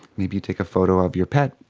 maybe you take a photo of your pet,